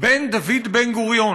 בין דוד בן-גוריון,